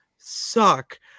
Suck